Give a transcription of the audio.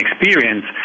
experience